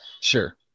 sure